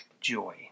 Joy